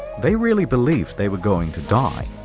they really believed they were going to die.